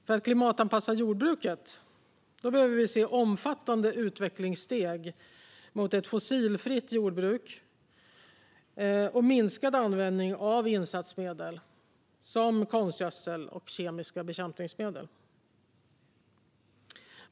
För att klimatanpassa jordbruket behöver vi se omfattande utvecklingssteg mot ett fossilfritt jordbruk och minskad användning av insatsmedel som konstgödsel och kemiska bekämpningsmedel.